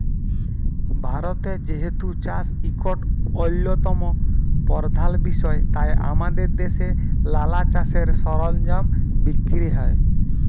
ভারতে যেহেতু চাষ ইকট অল্যতম পরধাল বিষয় তাই আমাদের দ্যাশে লালা চাষের সরলজাম বিক্কিরি হ্যয়